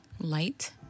light